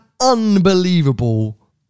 unbelievable